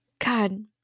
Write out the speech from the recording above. god